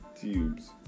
Tubes